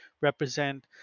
represent